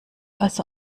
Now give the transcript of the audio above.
also